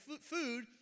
food